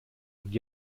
und